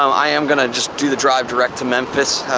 i am gonna just do the drive direct to memphis.